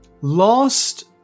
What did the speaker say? lost